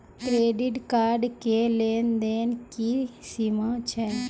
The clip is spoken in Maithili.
क्रेडिट कार्ड के लेन देन के की सीमा छै?